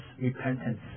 repentance